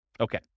okay